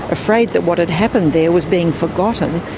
afraid that what had happened there was being forgotten,